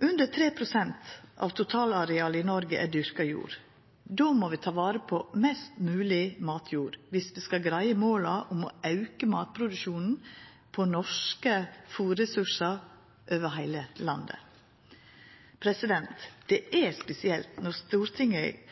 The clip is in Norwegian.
Under 3 pst. av totalarealet i Noreg er dyrka jord. Då må vi ta vare på mest mogleg matjord om vi skal greia måla om å auka matproduksjonen på norske fôrressursar over heile landet. Det er spesielt når Stortinget